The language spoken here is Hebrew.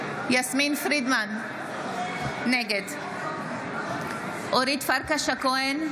פרידמן, נגד אורית פרקש הכהן,